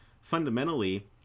fundamentally